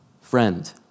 friend